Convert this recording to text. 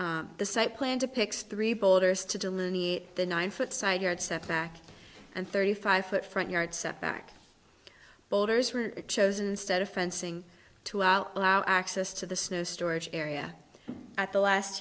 the site plan depicts three boulders to delineate the nine foot side yard setback and thirty five foot front yard setback boulders were chosen instead of fencing to outlaw access to the snow storage area at the last